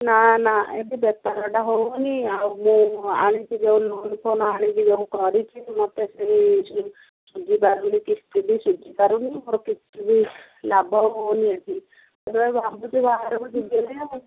ନା ନା ଏଠି ବେପାରଟା ହେଉନି ଆଉ ମୁଁ ଆଣିଛି ଯୋଉ ଲୋନ୍ ଫୋନ ଆଣିକି ଯୋଉ କରିଛି ମୋତେ ସେଇ ଶୁଝିପାରୁନି କିସ୍ତି ବି ଶୁଝିପାରୁନି ମୋର କିଛି ବି ଲାଭ ହେଉନି ଏଠି ଭାବୁଛି ବାହାରକୁ ଯିବିହେରି